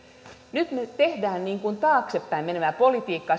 nyt me teemme niin kuin taaksepäin menevää politiikkaa